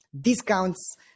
discounts